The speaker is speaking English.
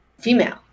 female